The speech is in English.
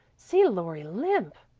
see laurie limp!